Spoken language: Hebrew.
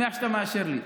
אני שמח שאתה מאשר לי.